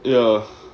ya